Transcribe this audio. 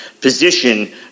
position